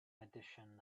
edition